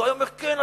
הוא היה אומר: כן,